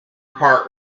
park